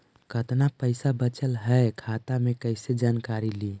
कतना पैसा बचल है खाता मे कैसे जानकारी ली?